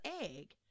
egg